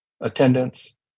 attendance